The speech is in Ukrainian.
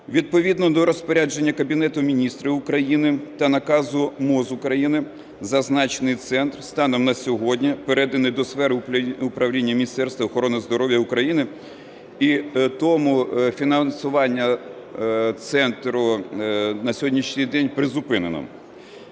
Відповідно до розпорядження Кабінету Міністрів України та наказу МОЗ України зазначений центр станом на сьогодні переданий до сфери управління Міністерства охорони здоров'я України. І тому фінансування центру на сьогоднішній день призупинено.